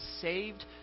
saved